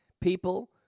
people